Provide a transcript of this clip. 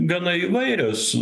gana įvairios